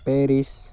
Paris